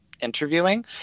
interviewing